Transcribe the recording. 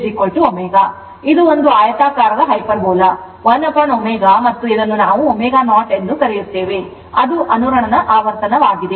ಇದು ಒಂದು ಆಯತಾಕಾರದ hyperbola l ω ಮತ್ತು ಇದನ್ನು ನಾವು ω0 ಎಂದು ಕರೆಯುತ್ತೇವೆ ಅದು ಅನುರಣನ ಆವರ್ತನವಾಗಿದೆ